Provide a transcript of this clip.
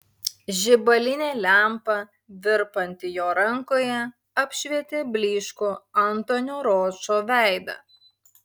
žibalinė lempa virpanti jo rankoje apšvietė blyškų antonio ročo veidą